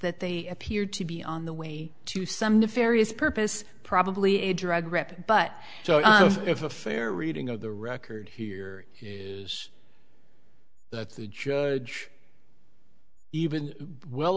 that they appeared to be on the way to some nefarious purpose probably a drug rep but if a fair reading of the record here is that the judge even well